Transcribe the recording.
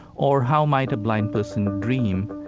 or how might a blind person dream?